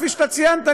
כפי שאתה ציינת,